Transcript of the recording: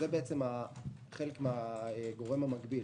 זה בעצם חלק מן הגורם המגביל.